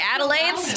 Adelaide